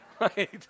right